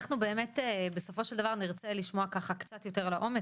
אנחנו באמת בסופו של דבר נרצה לשמוע קצת יותר לעומק.